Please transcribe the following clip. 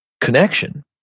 connection